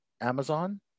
Amazon